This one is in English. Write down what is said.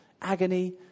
agony